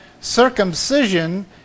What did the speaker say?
circumcision